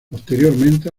posteriormente